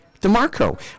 DeMarco